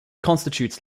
constitutes